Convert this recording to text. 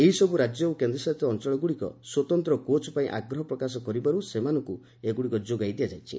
ଏହିସବୁ ରାଜ୍ୟ ଓ କେନ୍ଦ୍ରଶାସିତ ଅଞ୍ଚଳ ଗୁଡ଼ିକ ସ୍ୱତନ୍ତ୍ର କୋଚ୍ ପାଇଁ ଆଗ୍ରହ ପ୍ରକାଶ କରିବାରୁ ସେମାନଙ୍କୁ ଏଗୁଡ଼ିକ ଯୋଗାଇ ଦିଆଯାଇଛି